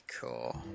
cool